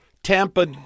Tampa